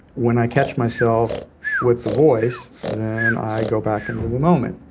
when i catch myself with the voice, then i go back into the moment.